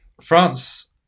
France